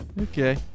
Okay